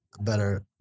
better